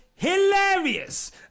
hilarious